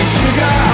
sugar